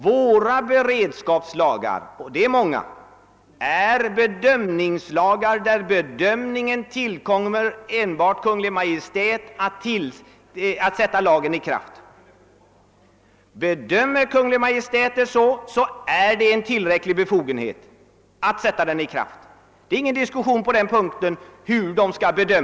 Våra beredskapslagar — och de är många — är bedömningslagar, dvs. om Kungl. Maj:t bedömer det nödvändigt, har Kungl. Maj:t befogenhet att sätta lagen i kraft.